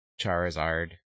Charizard